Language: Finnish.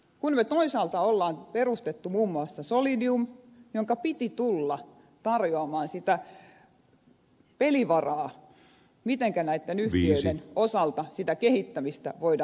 me toisaalta olemme perustaneet muun muassa solidiumin jonka piti tulla tarjoamaan sitä pelivaraa mitenkä näitten yhtiöiden osalta sitä kehittämistä voidaan tehdä